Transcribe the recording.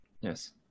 Yes